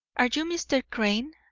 are you mr. crane?